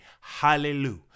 hallelujah